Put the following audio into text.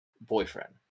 boyfriend